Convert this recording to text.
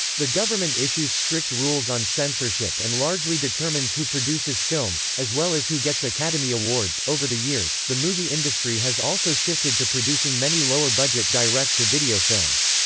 the government issues strict rules on censorship and largely determines who produces films, as well as who gets academy awards over the years, the movie industry has also shifted to producing many lower budget direct-to-video films.